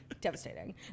Devastating